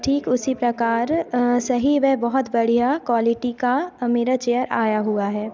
ठीक उसी प्रकार सही वह बहुत बढ़िया क्वालिटी का अ मेरा चेयर आया हुआ है